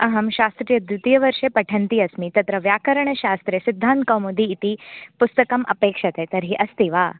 अहं शास्त्रीय द्वितीयवर्षे पठन्ती अस्मि तत्र व्याकरणशास्त्रे सिद्धान्तकौमुदी इति पुस्तकम् अपेक्षते तर्हि अस्ति वा